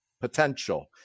potential